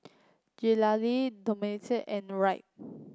Galilea Domenico and Wright